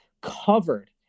covered